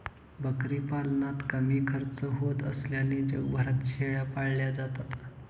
बकरी पालनात कमी खर्च होत असल्याने जगभरात शेळ्या पाळल्या जातात